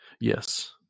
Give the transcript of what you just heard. Yes